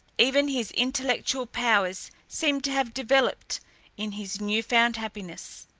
even his intellectual powers seemed to have developed in his new-found happiness.